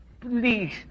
Please